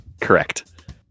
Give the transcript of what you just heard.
correct